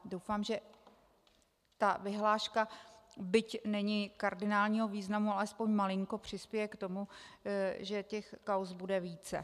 Doufám, že tato vyhláška, byť není kardinálního významu, alespoň malinko přispěje k tomu, že těch kauz bude více.